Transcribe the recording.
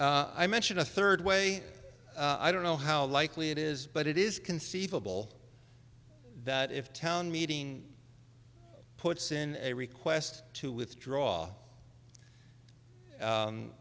i mention a third way i don't know how likely it is but it is conceivable that if town meeting puts in a request to withdraw